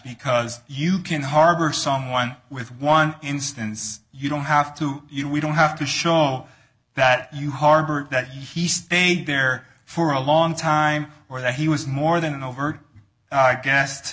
because you can harbor someone with one instance you don't have to you we don't have to show that you harbor that he stayed there for a long time or that he was more than an overt